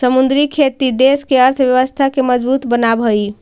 समुद्री खेती देश के अर्थव्यवस्था के मजबूत बनाब हई